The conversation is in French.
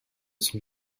son